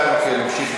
לנו יש מיעוט.